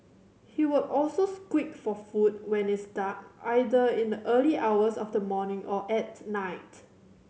he would also squeak for food when it's dark either in the early hours of the morning or at night